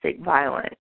violence